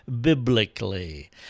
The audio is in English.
biblically